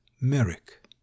Merrick